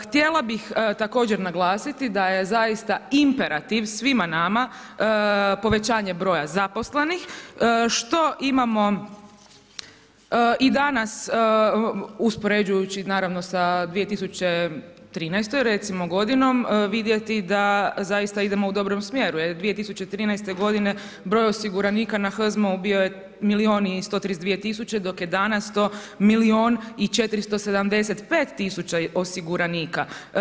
Htjela bih također naglasiti da je zaista imperativ svima nama povećanje broja zaposlenih što imamo i danas uspoređujući naravno sa 2013., recimo godinom vidjeti da zaista idemo u dobrom smjeru jer 2013. godine broj osiguranika na HZMO-u bio je milijun i 132 tisuće dok je danas to milijun i 475 tisuća osiguranika.